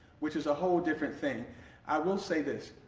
which is a whole different thing i will say this,